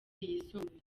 yisumbuye